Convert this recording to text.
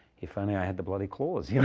if only i had the bloody claws, you know.